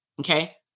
okay